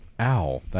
Ow